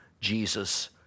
Jesus